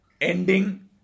ending